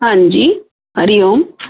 हां जी हरिओम